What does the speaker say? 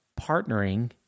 partnering